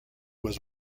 was